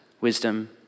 wisdom